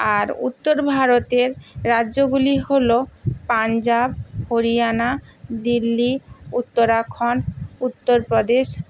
আর উত্তর ভারতের রাজ্যগুলি হলো পাঞ্জাব হরিয়ানা দিল্লি উত্তরাখন্ড উত্তরপ্রদেশ